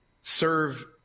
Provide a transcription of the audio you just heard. serve